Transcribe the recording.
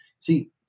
See